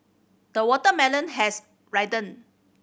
the watermelon has ripened